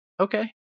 Okay